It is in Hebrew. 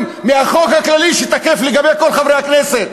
מהחוק הכללי שתקף לגבי כל חברי הכנסת.